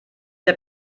der